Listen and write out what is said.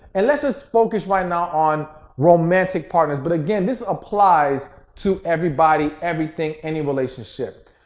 and let's just focus right now on romantic partners. but again, this applies to everybody, everything, any relationship.